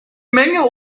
menge